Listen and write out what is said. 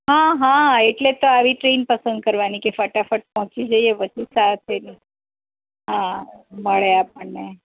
હા હા એટલે તો આવી ટ્રેન પસંદ કરવાની કે ફટાફટ પહોંચી જઈએ સાથ થઈને હા મળે આપણ ને